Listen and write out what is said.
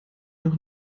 noch